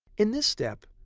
in this step,